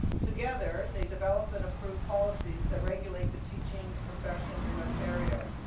together, they develop and approve policies that regulate the teaching profession in ontario.